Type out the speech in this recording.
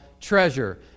treasure